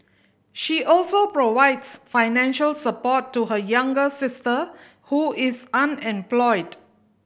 she also provides financial support to her younger sister who is unemployed